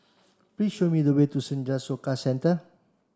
please show me the way to Senja Soka Centre